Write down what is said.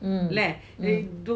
mm mm